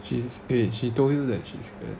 she's eh she told you that she's scared